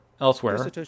elsewhere